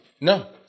No